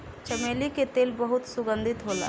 चमेली के तेल बहुत सुगंधित होला